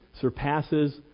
surpasses